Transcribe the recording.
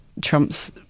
Trump's